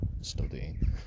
studying